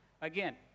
Again